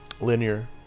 linear